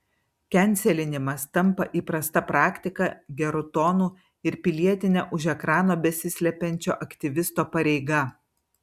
kenselinimas tampa įprasta praktika geru tonu ir pilietine už ekrano besislepiančio aktyvisto pareiga